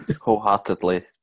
wholeheartedly